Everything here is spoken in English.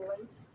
late